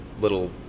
little